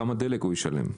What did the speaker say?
כמה דלק הוא ישלם?